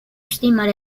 estimar